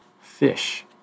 Fish